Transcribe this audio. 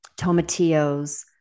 tomatillos